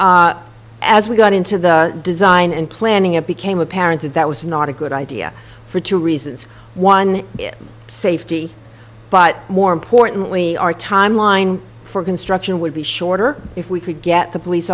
as we got into the design and planning it became apparent that that was not a good idea for two reasons one safety but more importantly our timeline for construction would be shorter if we could get the police